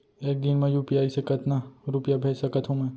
एक दिन म यू.पी.आई से कतना रुपिया भेज सकत हो मैं?